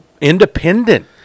independent